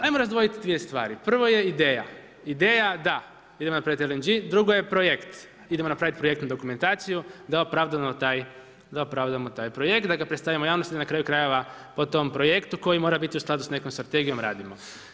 Ajmo razdvojiti dvije stvari, prvo je ideja, ideja da idemo napravi LNG, drugo je projekt, idemo napraviti projektnu dokumentaciju da opravdamo taj projekt, da ga predstavimo javnosti i da na kraju krajeva po tom projektu koji mora biti u skladu s nekom strategijom radimo.